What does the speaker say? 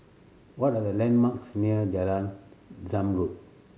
what are the landmarks near Jalan Zamrud